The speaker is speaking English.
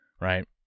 right